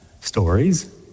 stories